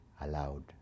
allowed